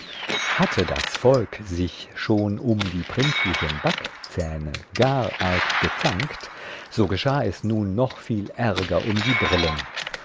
hatte das volk sich schon um die prinzlichen backzähne gar arg gezankt so geschah es nun noch viel ärger um die brillen